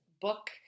book